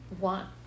want